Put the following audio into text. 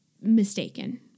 mistaken